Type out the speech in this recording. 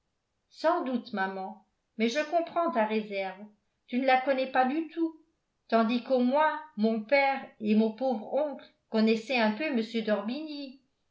sans doute maman mais je comprends ta réserve tu ne la connais pas du tout tandis qu'au moins mon père et mon pauvre oncle connaissaient un peu